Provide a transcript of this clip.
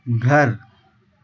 घर